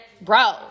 bro